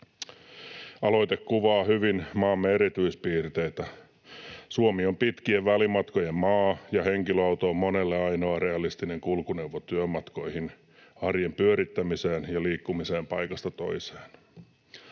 Aloite kuvaa hyvin maamme erityispiirteitä. Suomi on pitkien välimatkojen maa, ja henkilöauto on monelle ainoa realistinen kulkuneuvo työmatkoihin, arjen pyörittämiseen ja liikkumiseen paikasta toiseen.